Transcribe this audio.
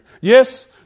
Yes